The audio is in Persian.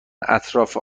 اطراف